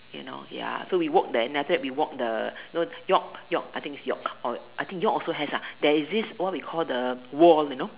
you know ya so we walk there and I say we walk the know York York I think is York or I think York also has lah there is this what we call the wall you know